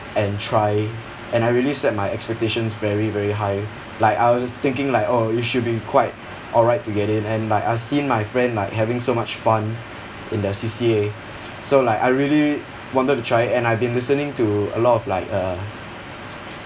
and try and I really set my expectations very very high like I was thinking like oh you should be quite all right to get in and like I've seen my friend like having so much fun in their C_C_A so like I really wanted to try and I've been listening to a lot of like uh